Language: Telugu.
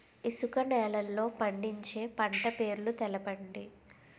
ఇసుక నేలల్లో పండించే పంట పేర్లు తెలపండి?